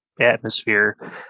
atmosphere